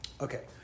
Okay